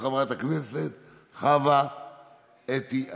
של חברת הכנסת חוה אתי עטייה.